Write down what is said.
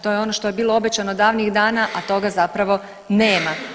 To je ono što je bilo obećano davnih dana, a toga zapravo nema.